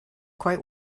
quite